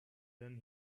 then